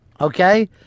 okay